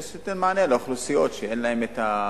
זה נותן מענה לאוכלוסיות שאין להן הסכומים,